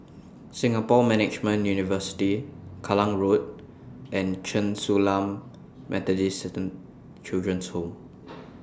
Singapore Management University Kallang Road and Chen Su Lan Methodist Children's Home